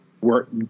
work